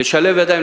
לשלב ידיים,